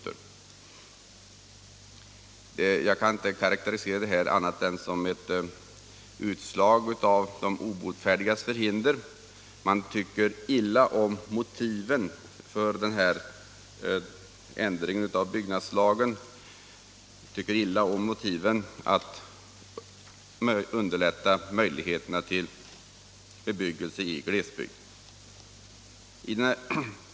Jag kan inte karakterisera det här annat än som ett utslag av de obotfärdigas förhinder. Man tycker illa om motiven till ändringen av byggnadslagen som skulle underlätta möjligheterna till bebyggelse i glesbygd.